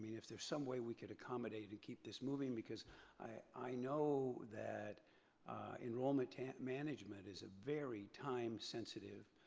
if there's some way we could accommodate and keep this moving because i know that enrollment ah management is a very time-sensitive